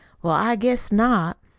well, i guess not!